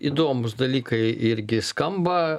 įdomūs dalykai irgi skamba